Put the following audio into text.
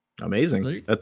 Amazing